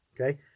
Okay